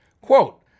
Quote